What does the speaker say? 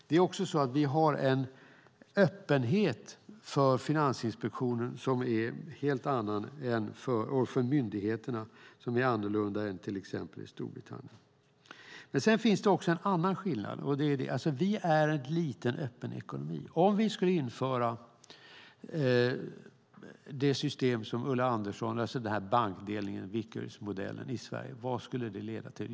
Det är också så att vi har en öppenhet för Finansinspektionen och för myndigheterna som är annorlunda än till exempel i Storbritannien. Men det finns också en annan skillnad. Vi är en liten, öppen ekonomi. Vad skulle det leda till om vi skulle införa det system som Ulla Andersson vill i Sverige, alltså den här bankdelningen, Vickersmodellen?